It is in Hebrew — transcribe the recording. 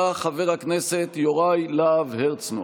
בא חבר הכנסת יוראי להב הרצנו,